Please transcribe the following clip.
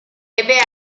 ebbe